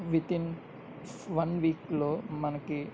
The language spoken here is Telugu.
వితిన్ వన్ వీక్లో మనకి